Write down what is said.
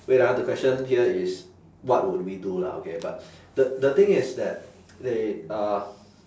wait ah the question here is what would we do lah okay but the the thing is that they uh